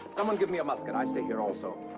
someone give me a musket. i stay here also.